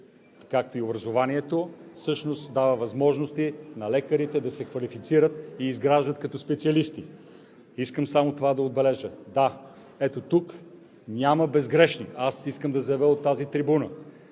Както и образованието, всъщност дават възможности на лекарите да се квалифицират и изграждат като специалисти. Но искам само това да отбележа – да, ето тук няма безгрешни. Аз искам да заявя от тази трибуна